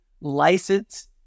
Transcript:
license